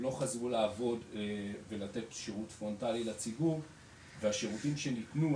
לא חזרו לעבוד ולתת שירות פרונטלי לציבור והשירותים שניתנו,